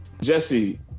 Jesse